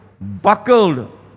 buckled